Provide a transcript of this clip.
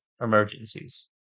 emergencies